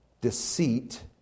Deceit